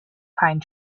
pine